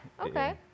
Okay